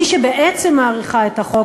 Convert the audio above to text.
מי שבעצם מאריכה את החוק,